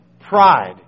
Pride